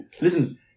listen